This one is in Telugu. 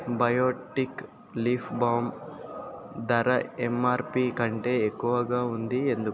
బయోటిక్ లిప్ బామ్ ధర ఎంఆర్పీకంటే ఎక్కువగా ఉంది ఎందుకు